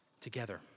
together